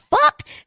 fuck